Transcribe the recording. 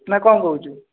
ନା କ'ଣ କହୁଛୁ